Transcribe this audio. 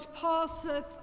passeth